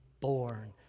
born